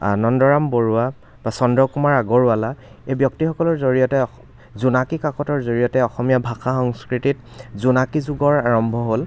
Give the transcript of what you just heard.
আনন্দৰাম বৰুৱা বা চন্দ্ৰকুমাৰ আগৰৱালা এই ব্যক্তিসকলৰ জৰিয়তে অস জোনাকী কাকতৰ জৰিয়তে অসমীয়া ভাষা সংস্কৃতিত জোনাকী যুগৰ আৰম্ভ হ'ল